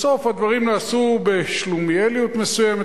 בסוף הדברים נעשו בשלומיאליות מסוימת,